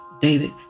David